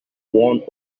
one